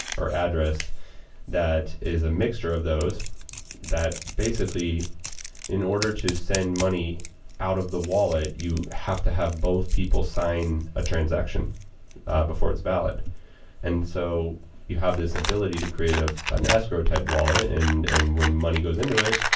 or address that is a mixture of those that basically in order to send money out of the wallet, you have to have both people sign a transaction before it's valid and so you have this ability to create ah an escrow type wallet and when money goes into it,